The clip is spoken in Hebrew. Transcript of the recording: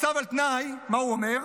הצו על תנאי, מה הוא אומר?